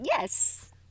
Yes